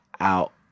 out